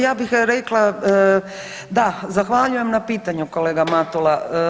Ja bih rekla, da, zahvaljujem na pitanju kolega Matula.